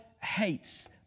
hates